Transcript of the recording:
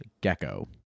gecko